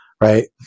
right